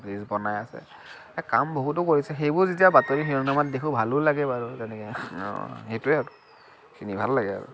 bridge বনাই আছে কাম বহুতো কৰিছে সেইবোৰ যেতিয়া বাতৰিৰ শিৰোনামাত দেখো ভালো লাগে বাৰু তেনেকে সেইটোৱেই এইখিনি ভাল লাগে আৰু